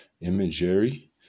imagery